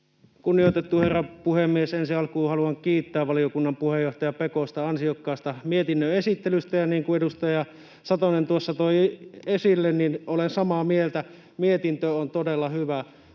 Kunnioitettu herra puhemies! Ensi alkuun haluan kiittää valiokunnan puheenjohtaja Pekosta ansiokkaasta mietinnön esittelystä. Niin kuin edustaja Satonen tuossa toi esille — olen samaa mieltä — mietintö on todella hyvä.